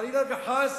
חלילה וחס,